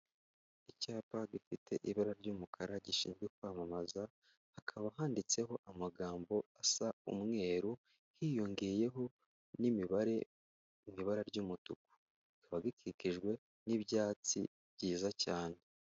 Icyapa gifite ibara ry'umukara gishinzwe kwamamaza, hakaba handitseho amagambo asa umweru, hiyongeyeho n'imibare mu ibara ry'umutuku, kikaba gikikijwe n'ibyatsi byiza cyane.